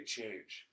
change